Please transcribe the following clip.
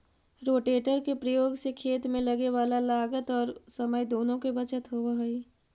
rotator के प्रयोग से खेत में लगे वाला लागत औउर समय दुनो के बचत होवऽ हई